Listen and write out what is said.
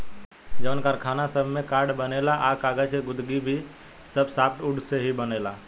जवन कारखाना सब में कार्ड बनेला आ कागज़ के गुदगी भी सब सॉफ्टवुड से ही बनेला